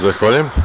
Zahvaljujem.